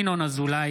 ינון אזולאי,